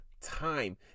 time